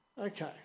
Okay